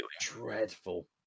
Dreadful